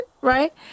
right